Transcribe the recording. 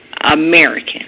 American